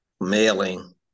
mailing